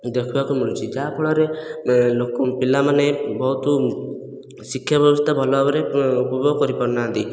ଦେଖିବାକୁ ମିଳୁଛି ଯାହାଫଳରେ ଲୋକ ପିଲାମାନେ ବହୁତ ଶିକ୍ଷା ବ୍ୟବସ୍ଥା ଭଲ ଭାବରେ ଉପଭୋଗ କରିପାରୁନାହାନ୍ତି